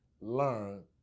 Learn